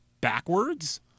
backwards